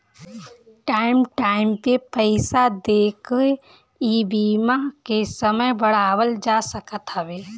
time time पे पईसा देके इ बीमा के समय बढ़ावल जा सकत हवे